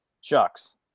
shucks